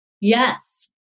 Yes